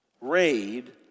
raid